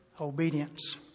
obedience